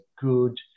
good